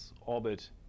orbit